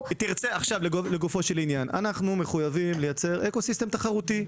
עכשיו לגופו של עניין: אנחנו מחויבים לייצר אקוסיסטם תחרותי.